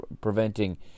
preventing